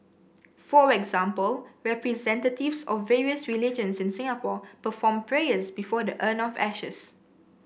for example representatives of various religions in Singapore performed prayers before the urn of ashes